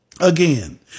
Again